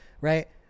right